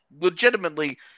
Legitimately